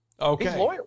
Okay